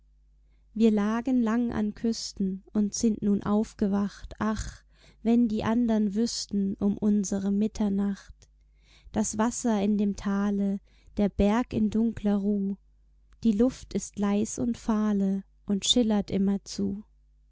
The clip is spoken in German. wir lagen lang an küsten und sind nun aufgewacht ach wenn die andern wüßten um unsere mitternacht das wasser in dem tale der berg in dunkler ruh die luft ist leis und fahle und schillert immerzu